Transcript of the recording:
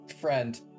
friend